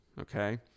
okay